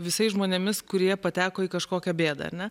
visais žmonėmis kurie pateko į kažkokią bėdą ar ne